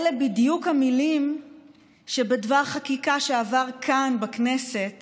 אלה בדיוק המילים שבדבר חקיקה שעבר כאן בכנסת